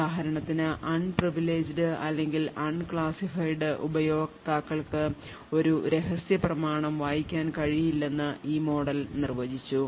ഉദാഹരണത്തിന് unprevileged അല്ലെങ്കിൽ unclassified ഉപയോക്താക്കൾക്ക് ഒരു രഹസ്യ പ്രമാണം വായിക്കാൻ കഴിയില്ലെന്ന് ഈ മോഡൽ നിർവചിച്ചു